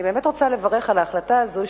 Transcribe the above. אני באמת רוצה לברך על ההחלטה הזו,